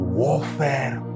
warfare